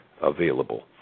available